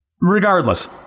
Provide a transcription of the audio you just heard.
regardless